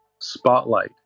spotlight